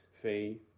faith